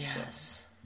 Yes